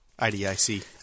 IDIC